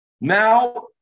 Now